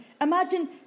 imagine